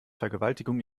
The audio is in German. vergewaltigung